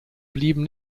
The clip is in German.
blieben